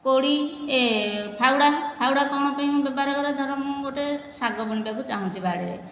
କୋଡ଼ି ଏ ଫାଉଡ଼ା ଫାଉଡ଼ା କଣ ପାଇଁ ବ୍ୟବହାର କରେ ଧର ମୁଁ ଗୋଟେ ଶାଗ ବୁଣିବାକୁ ଚାଁହୁଛି ବାଡ଼ିରେ